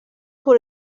pour